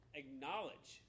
acknowledge